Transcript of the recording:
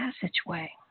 passageway